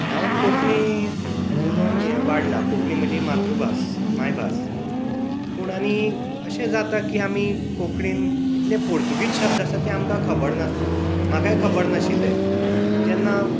हांव कोंकणी उलोवन ये वाडलां कोंकणी म्हजी मातृभास मायभास पूण आमी अशें जाता की आमी कोंकणींत कितले पुर्तुगीज शब्द आसा ते आमकां खबर नासता म्हाकाय खबर नाशिल्ले जेन्ना